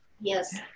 Yes